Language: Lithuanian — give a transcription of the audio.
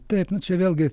taip nuo čia vėlgi